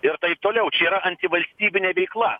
ir taip toliau čia yra antivalstybinė veikla